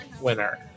winner